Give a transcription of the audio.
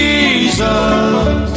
Jesus